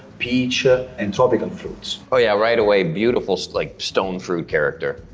peach ah and tropical fruits. oh yeah, right away beautiful like stone fruit character.